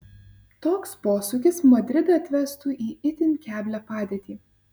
toks posūkis madridą atvestų į itin keblią padėtį